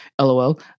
LOL